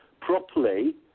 properly